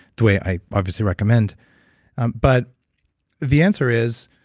the way i obviously recommend but the answer is,